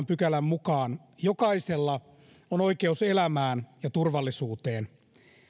pykälän mukaan jokaisella on oikeus elämään ja turvallisuuteen